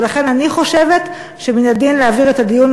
ולכן אני חושבת שמן הדין להעביר את הדיון